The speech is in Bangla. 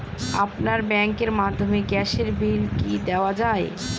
আপনার ব্যাংকের মাধ্যমে গ্যাসের বিল কি দেওয়া য়ায়?